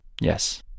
Yes